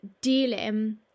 dealing